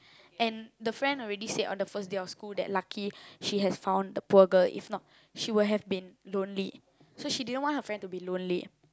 and the friend already said on the first day of school that lucky she has found the poor girl if not she would have been lonely so she didn't want her friend to be lonely